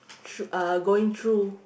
thro~ uh going through